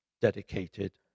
dedicated